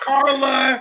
Carla